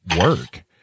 work